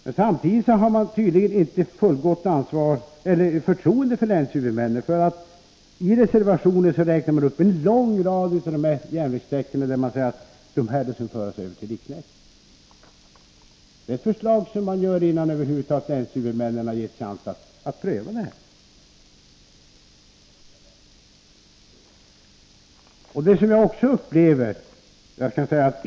Men samtidigt har man tydligen inte fullgott förtroende för länshuvudmännen, för i reservationen räknar man upp en lång rad järnvägssträckor som man säger skall föras över till riksnätet. Det är ett förslag som man avger innan länshuvudmännen över huvud taget getts chans att pröva frågan.